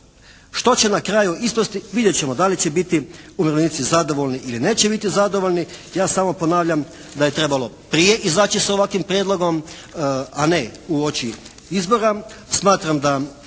Što će na kraju ispasti vidjet ćemo da li će biti umirovljenici zadovoljni ili neće biti zadovoljni. Ja samo ponavljam da je prije trebalo izaći sa ovakvim prijedlogom, a ne uoči izbora. Smatram da